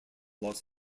los